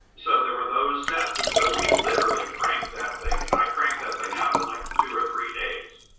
so there were those sets. and so we literally cranked that thing. i cranked that thing out in like two or three days.